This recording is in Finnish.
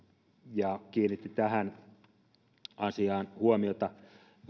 ja kiinnitti tähän asiaan huomiota